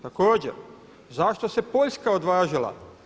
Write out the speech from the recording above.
Također, zašto se Poljska odvažila?